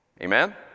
Amen